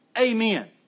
amen